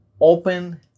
open